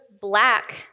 black